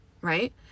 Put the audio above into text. right